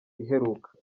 iheruka